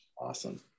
Awesome